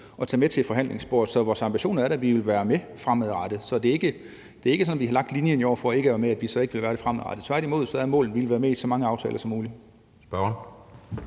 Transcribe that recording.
og tage med til forhandlingsbordet. Så vores ambition er da, at vi vil være med fremadrettet. Så det er ikke sådan, at vi har lagt en linje i år om ikke at være med, og at vi så ikke vil være det fremadrettet – tværtimod er målet, at vi vil være med i så mange aftaler som muligt.